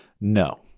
no